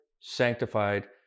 sanctified